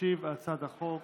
תשיב על הצעת החוק